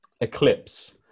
Eclipse